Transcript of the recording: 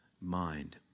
mind